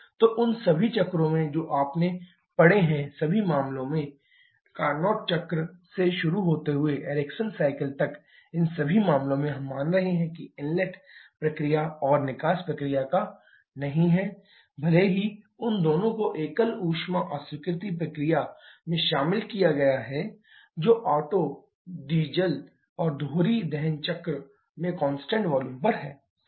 तो उन सभी चक्रों में जो आपने पड़े हैं सभी मामलों में कार्नोट चक्र से शुरू होते हुए एरिक्सन साइकिल तक इन सभी मामलों में हम मान रहे हैं कि इनलेट प्रक्रिया और निकास प्रक्रिया का नहीं है भले ही उन दोनों को एकल ऊष्मा अस्वीकृति प्रक्रिया में शामिल किया गया है जो ओटो डीजल और दोहरी दहन चक्र में कांस्टेंट वॉल्यूम पर है